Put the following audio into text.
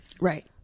Right